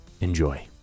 Enjoy